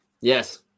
Yes